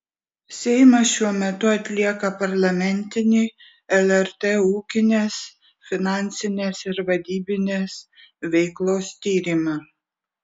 seimas šiuo metu atlieka parlamentinį lrt ūkinės finansinės ir vadybinės veiklos tyrimą